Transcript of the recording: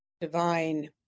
divine